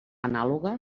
anàloga